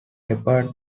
peppered